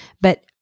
But-